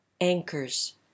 Anchors